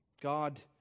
God